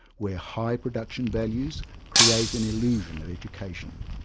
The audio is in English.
where high production values create an illusion of education,